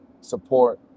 support